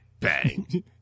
Bang